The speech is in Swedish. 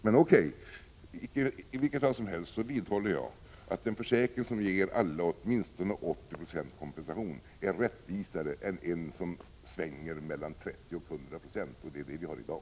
Men i vilket fall som helst vidhåller jag att den försäkring som ger alla åtminstone 80 20 kompensation är rättvisare än den som svänger mellan 30 och 100 96. Det är det vi har i dag.